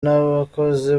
n’abakozi